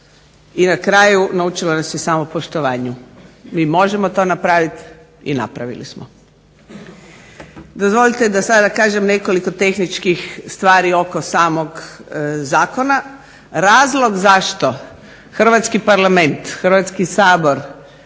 i na kraju naučilo nas je samopoštovanju. Mi možemo to napraviti i napravili smo. Dozvolite da sada kažem nekoliko tehničkih stvari oko samog Zakona. Razlog zašto Hrvatski parlament, Hrvatski sabor